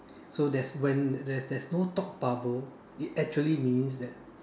so there is when there's there's no thought bubble it actually means that